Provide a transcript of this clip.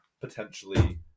potentially